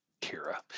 Kira